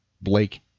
Blake